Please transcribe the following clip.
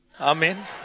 Amen